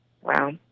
Wow